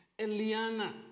Eliana